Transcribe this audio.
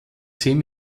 zehn